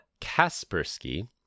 Kaspersky